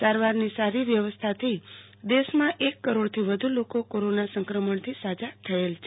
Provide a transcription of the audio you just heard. સારવારની સારી વ્યવસ્થાથી દેશમાં એક કરોડથી વધુ લોકો કોરોના સંક્રમણથી સાજા થયેલ છે